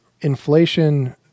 inflation